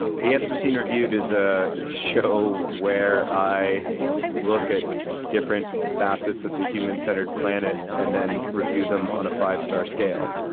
the anthropocene reviewed is a show where i look at different facets of the human-centered planet and then review them on a five-star scale.